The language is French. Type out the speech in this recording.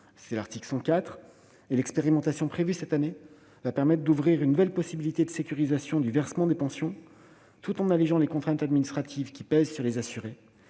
de la biométrie ; l'expérimentation prévue cette année va permettre d'ouvrir une nouvelle possibilité de sécurisation du versement des pensions, tout en allégeant les contraintes administratives qui pèsent sur les assurés.